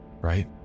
right